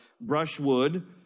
brushwood